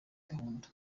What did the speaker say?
gahunda